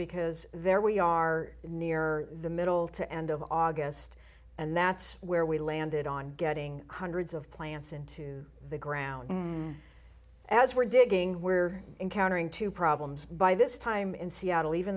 because there we are nearer the middle to end of august and that's where we landed on getting hundreds of plants into the ground as we're digging we're encountering two problems by this time in seattle even